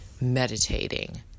meditating